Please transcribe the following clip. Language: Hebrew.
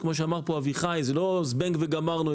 כפי שאמר פה אביחי: זה לא זבנג וגמרנו,